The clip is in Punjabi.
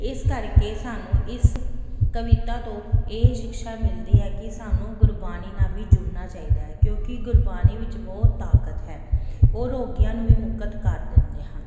ਇਸ ਕਰਕੇ ਸਾਨੂੰ ਇਸ ਕਵਿਤਾ ਤੋਂ ਇਹ ਸ਼ਿਕਸ਼ਾ ਮਿਲਦੀ ਹੈ ਕਿ ਸਾਨੂੰ ਗੁਰਬਾਣੀ ਨਾਲ ਵੀ ਜੁੜਨਾ ਚਾਹੀਦਾ ਹੈ ਕਿਉਂਕਿ ਗੁਰਬਾਣੀ ਵਿੱਚ ਬਹੁਤ ਤਾਕਤ ਹੈ ਉਹ ਰੋਗੀਆਂ ਨੂੰ ਵੀ ਮੁਕਤ ਕਰ ਦਿੰਦੇ ਹਨ